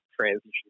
transition